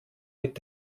mit